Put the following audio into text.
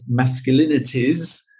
masculinities